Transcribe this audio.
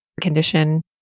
condition